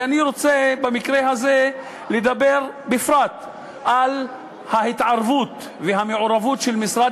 ואני רוצה במקרה זה לדבר בפרט על ההתערבות והמעורבות של משרד